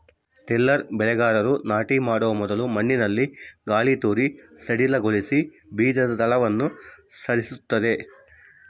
tiller ಬೆಳೆಗಾರರು ನಾಟಿ ಮಾಡೊ ಮೊದಲು ಮಣ್ಣಿನಲ್ಲಿ ಗಾಳಿತೂರಿ ಸಡಿಲಗೊಳಿಸಿ ಬೀಜದ ತಳವನ್ನು ತಯಾರಿಸ್ತದ